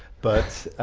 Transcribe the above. but